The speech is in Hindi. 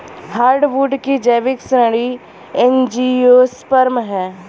हार्डवुड की जैविक श्रेणी एंजियोस्पर्म है